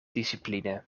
discipline